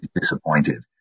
disappointed